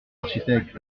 architectes